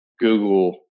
Google